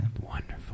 Wonderful